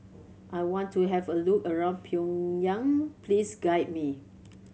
I want to have a look around Pyongyang please guide me